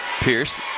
Pierce